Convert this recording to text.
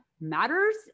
matters